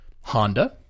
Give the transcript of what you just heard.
Honda